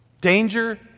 danger